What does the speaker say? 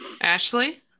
ashley